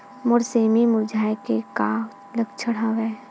मोर सेमी मुरझाये के का लक्षण हवय?